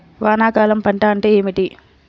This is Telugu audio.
వానాకాలం పంట అంటే ఏమిటి?